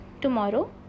tomorrow